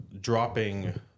dropping